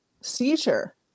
seizure